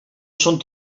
són